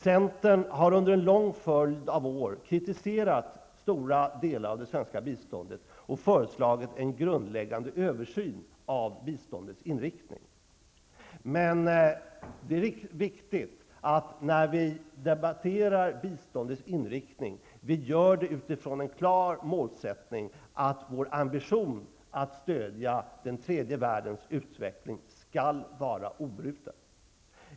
Centern har under en lång följd av år kritiserat stora delar av det svenska biståndet och föreslagit en grundläggande översyn av biståndets inriktning. Men när vi debatterar biståndets inriktning är det viktigt att vi gör det utifrån den klara målsättningen att vår ambition att stödja den tredje världens utveckling skall vara obruten.